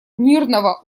мирного